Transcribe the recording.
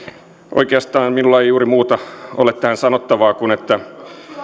oikeastaan minulla ei juuri muuta ole tähän sanottavaa kuin että